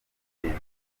ibintu